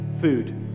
food